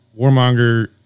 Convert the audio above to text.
warmonger